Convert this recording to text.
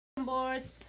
boards